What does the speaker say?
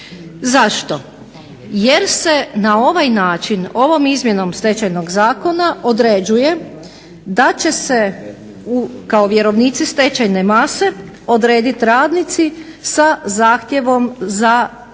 Zašto? Jer se na ovaj način, ovom izmjenom Stečajnog zakona određuje da će se kao vjerovnici stečajne mase odredit radnici sa zahtjevom za isplate